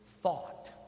thought